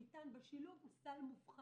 כי בסוף הסל שניתן בשילוב הוא סל מופחת.